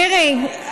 מירי,